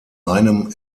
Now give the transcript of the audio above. einem